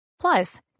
Plus